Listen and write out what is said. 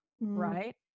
Right